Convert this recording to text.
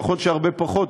נכון שהרבה פחות,